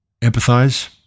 empathize